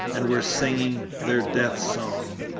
and were singing their death-song.